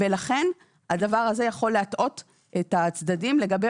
ולכן הדבר הזה יכול להטעות את הצדדים לגבי